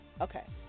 Okay